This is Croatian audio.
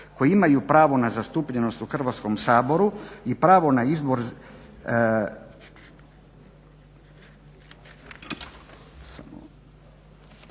koji imaju pravo na zastupljenost u Hrvatskom saboru i pravo da svako